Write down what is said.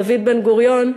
דוד בן-גוריון,